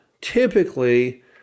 typically